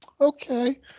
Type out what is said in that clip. Okay